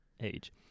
age